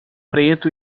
preto